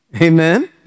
Amen